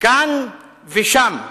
כאן ושם,